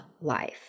life